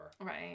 Right